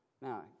Now